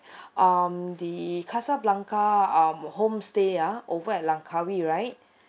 um the casablanca um homestay ah over at langkawi right